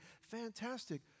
fantastic